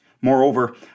Moreover